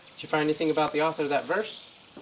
you find anything about the author of that verse?